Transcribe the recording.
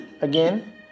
Again